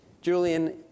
Julian